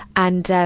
and, um,